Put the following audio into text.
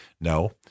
No